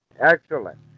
Excellent